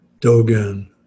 Dogen